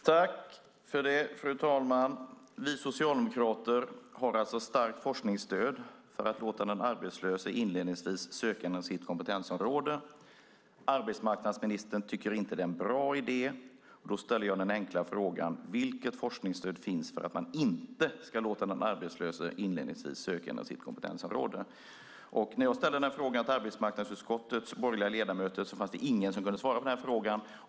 Fru talman! Vi socialdemokrater har starkt forskningsstöd för att låta den arbetslöse inledningsvis söka inom sitt kompetensområde. Arbetsmarknadsministern tycker inte att det är en bra idé. Då ställer jag den enkla frågan: Vilket forskningsstöd finns för att man inte ska låta den arbetslöse inledningsvis söka inom sitt kompetensområde? När jag ställde den frågan till arbetsmarknadsutskottets borgerliga ledamöter fanns det ingen som kunde svara på frågan.